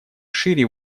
шире